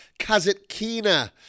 Kazetkina